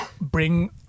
bring